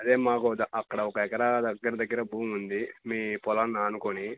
అదే మాకు అక్కడ ఒక ఎకరా దగ్గర దగ్గర భూమి ఉంది మీ పొలాన్ని ఆనుకొని